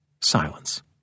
Silence